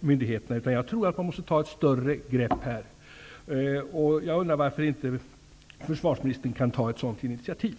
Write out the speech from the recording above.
myndigheterna. Jag tror att det måste tas ett större grepp. Varför kan inte försvarsministern ta ett sådant initiativ?